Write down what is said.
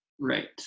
right